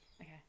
Okay